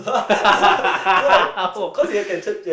oh